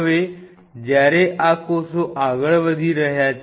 હવે જ્યારે આ કોષ આગળ વધી રહ્યો છે